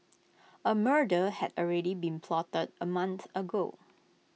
A murder had already been plotted A month ago